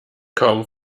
kaum